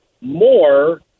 more